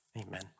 amen